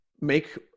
Make